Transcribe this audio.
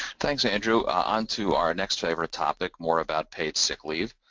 thanks, andrew. onto our next favorite topic, more about paid sick leave.